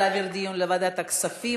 להעביר את הדיון לוועדת הכספים,